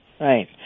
right